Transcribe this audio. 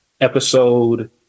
episode